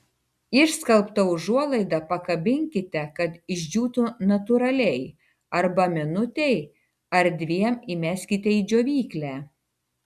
išskalbtą užuolaidą pakabinkite kad išdžiūtų natūraliai arba minutei ar dviem įmeskite į džiovyklę